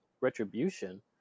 retribution